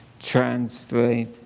translate